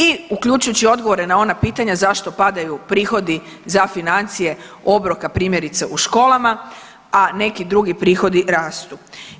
I uključujući odgovore na ona pitanja zašto padaju prihodi za financije obroka, primjerice u školama, a neki drugi prihodi rastu.